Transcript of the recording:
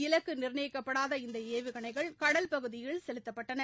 இலக்கு நிர்ணயிக்கப்படாத இந்த ஏவுகணைகள் கடல் பகுதியில் செலுத்தப்பட்டன